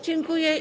Dziękuję.